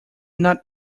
not